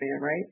right